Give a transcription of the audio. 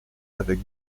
avec